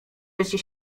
życie